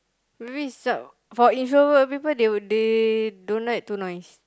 reach out for introvert people they would they don't like to noise